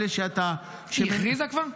אלה שאתה --- היא הכריזה כבר?